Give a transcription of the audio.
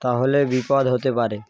তাহলে বিপদ হতে পারে